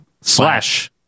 slash